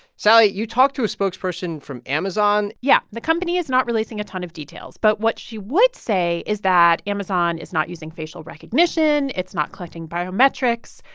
sally, you talked to a spokesperson from amazon yeah, the company is not releasing a ton of details, but what she would say is that amazon is not using facial recognition. it's not collecting biometrics.